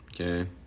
okay